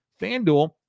FanDuel